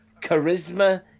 charisma